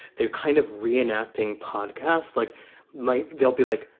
they're kind of reenacting podcasts like mine. they'll be like,